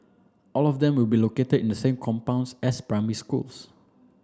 all of them will be located in the same compounds as primary schools